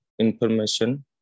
information